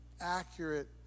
accurate